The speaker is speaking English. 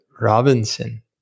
Robinson